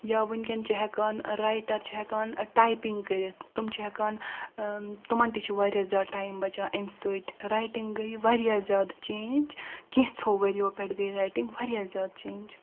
یا ونکیٚن چھِ ہیٚکان رایٹر چھ ہیٚکان ٹایپنگ کٔرتھ تِم چھ ہیٚکان تِمن تہِ چھ واریاہ زیادٕ ٹایم بچان امہِ سۭتۍ رایٹنگ گٔے واریاہ زیادٕ چینج کینٛژو ؤرۍ یو پٮ۪ٹھ گٔے رایٹنگ واریاہ زیادٕ چینج